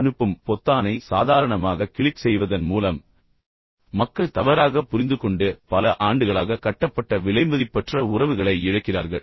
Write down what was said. அனுப்பும் பொத்தானை சாதாரணமாக கிளிக் செய்வதன் மூலம் மக்கள் தவறாகப் புரிந்துகொண்டு பல ஆண்டுகளாக கட்டப்பட்ட விலைமதிப்பற்ற உறவுகளை இழக்கிறார்கள்